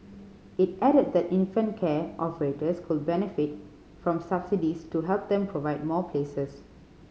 it added that infant care operators could benefit from subsidies to help them provide more places